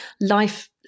Life